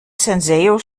senseo